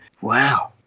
wow